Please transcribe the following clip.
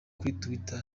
twitter